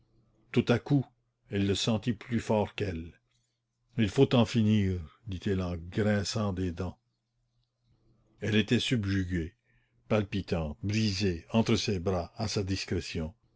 tout à coup elle le sentit plus fort qu'elle il faut en finir dit-il en grinçant des dents elle était subjuguée palpitante brisée entre ses bras à sa discrétion